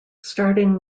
starting